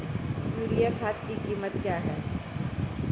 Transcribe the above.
Urea खाद की कीमत क्या है?